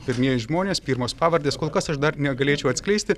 pirmieji žmonės pirmos pavardės kol kas aš dar negalėčiau atskleisti